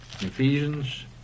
Ephesians